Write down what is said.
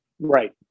Right